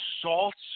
assaults